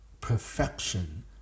perfection